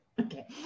okay